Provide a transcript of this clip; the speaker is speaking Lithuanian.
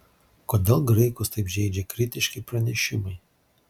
kodėl graikus taip žeidžia kritiški pranešimai